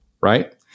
right